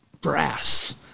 brass